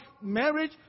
marriage